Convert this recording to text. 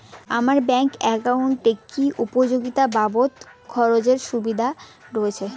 আমার ব্যাংক এর একাউন্টে কি উপযোগিতা বাবদ খরচের সুবিধা রয়েছে?